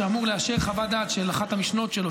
שאמור לאשר חוות דעת של אחת המשנות שלו,